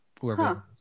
whoever